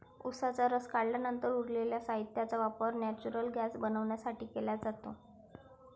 उसाचा रस काढल्यानंतर उरलेल्या साहित्याचा वापर नेचुरल गैस बनवण्यासाठी केला जातो